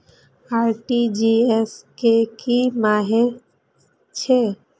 RTGS के की मानें हे छे?